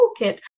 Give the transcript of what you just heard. Toolkit